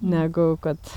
negu kad